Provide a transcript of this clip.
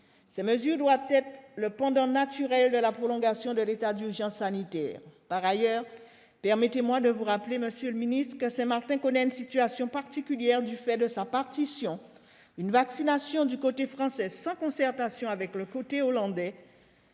Ces mesures doivent être le pendant naturel de la prolongation de l'état d'urgence sanitaire. Par ailleurs, permettez-moi de vous rappeler, monsieur le ministre, que Saint-Martin connaît une situation particulière du fait de sa partition : une vaccination du côté français sans concertation avec le côté néerlandais